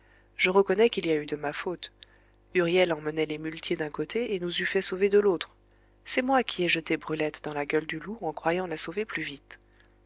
je reconnais qu'il y a eu de ma faute huriel emmenait les muletiers d'un côté et nous eût fait sauver de l'autre c'est moi qui ai jeté brulette dans la gueule du loup en croyant la sauver plus vite